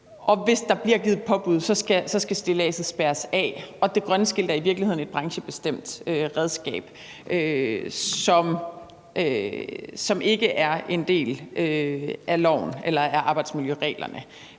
hvis der bliver givet påbud, skal stilladset spærres af. Det grønne skilt er i virkeligheden et branchebestemt redskab, som ikke er en del af loven eller af arbejdsmiljøreglerne.